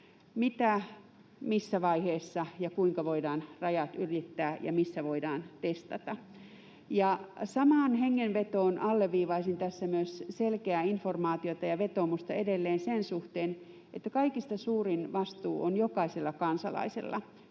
mitä, missä vaiheessa ja kuinka voidaan rajat yrittää ja missä voidaan testata. Samaan hengenvetoon alleviivaisin tässä myös selkeää informaatiota ja vetoomusta edelleen sen suhteen, että kaikista suurin vastuu on jokaisella kansalaisella,